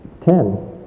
Ten